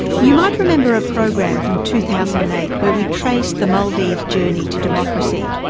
you might remember a program from two thousand and eight where we traced the maldives journey to democracy.